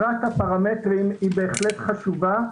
היא בהחלט חשובה,